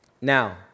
Now